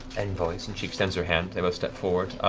envoys. and she extends her hand. they both step forward.